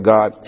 God